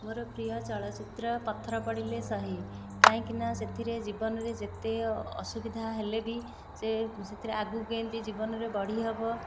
ମୋର ପ୍ରିୟ ଚଳଚ୍ଚିତ୍ର ପଥର ପଡ଼ିଲେ ସହି କାହିଁକି ନା ସେଥିରେ ଜୀବନରେ ଯେତେ ଅସୁବିଧା ହେଲେ ବି ସେ ସେଥିରେ ଆଗକୁ କେମିତି ଜୀବନରେ ବଢ଼ି ହେବ